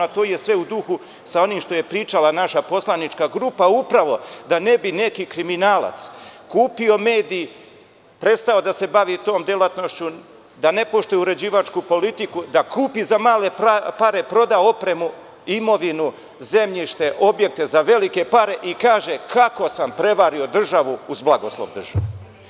To je sve u duhu sa oni što je pričala naša poslanička grupa, upravo da ne bi neki kriminalac kupio medij, prestao da se bavi tom delatnošću, da ne poštuje uređivačku politiku, da kupi za male pare, proda opremu, imovinu, zemljište, objekte za velike pare i kaže kako sam prevario državu, uz blagoslov države.